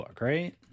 right